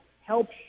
help